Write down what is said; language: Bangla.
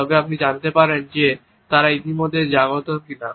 তবে আপনি জানতে পারেন যে তারা ইতিমধ্যেই জানত কিনা